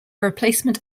replacement